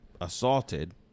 assaulted